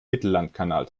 mittellandkanal